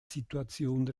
situation